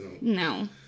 No